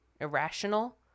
irrational